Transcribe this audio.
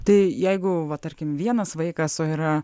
tai jeigu va tarkim vienas vaikas o yra